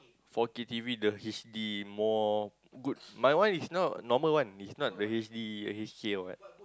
four-K T_V the H_D more good mine one is not normal one is not the H_D or H_A or what